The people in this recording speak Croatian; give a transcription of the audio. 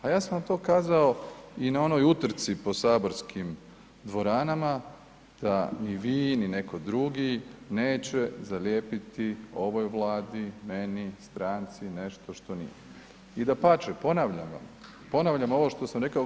A ja sam vam to kazao i na onoj utrci po saborskim dvoranama da ni vi, ni netko drugi neće zalijepiti ovoj Vladi, meni, stranci, nešto što nije i dapače, ponavljam vam, ponavljam ovo što sam rekao g-đi.